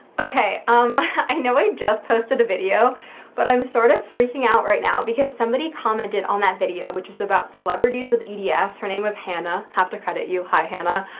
okay, um i know i just posted a video but i'm sort of freaking out right now because somebody commented on that video which is about celebrities with eds yeah her name was hannah have to credit you. hi hannah.